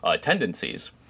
tendencies